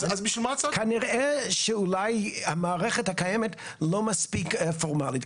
כנראה אולי המערכת הקיימת לא מספיק פורמלית,